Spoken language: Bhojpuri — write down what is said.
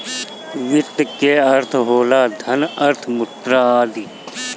वित्त के अर्थ होला धन, अर्थ, मुद्रा आदि